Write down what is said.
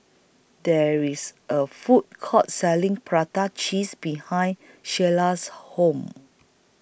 There IS A Food Court Selling Prata Cheese behind Sheilah's House